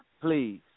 Please